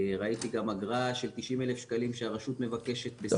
ראיתי גם אגרה של 90,000 שקלים שהרשות מבקשת.